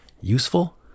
useful